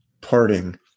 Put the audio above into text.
parting